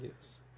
Yes